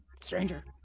stranger